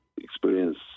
experience